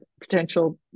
potential